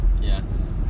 Yes